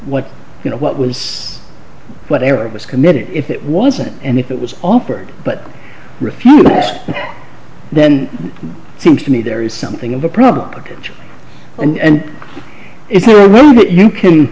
what you know what woods whatever it was committed if it wasn't and if it was offered but refused then it seems to me there is something of a problem and if you